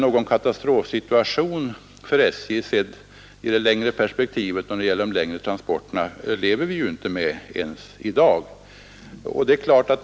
Någon katastrofsituation för SJ när det gäller de längre transporterna föreligger alltså inte ens i dag och inte heller i det längre perspektivet.